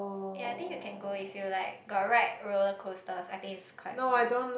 ya I think you can go if you like got ride rollercoasters I think it's quite fun